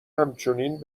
همچنین